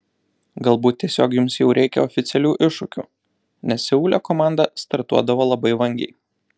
galbūt tiesiog jums jau reikia oficialių iššūkių nes seule komanda startuodavo labai vangiai